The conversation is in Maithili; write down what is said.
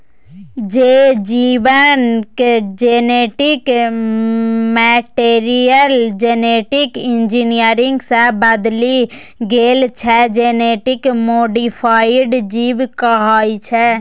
जे जीबक जेनेटिक मैटीरियल जेनेटिक इंजीनियरिंग सँ बदलि गेल छै जेनेटिक मोडीफाइड जीब कहाइ छै